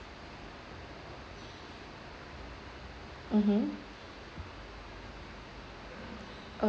mmhmm